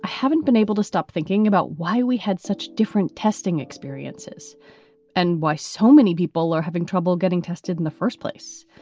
haven't been able to stop thinking about why we had such different testing experiences and why so many people are having trouble getting tested in the first place.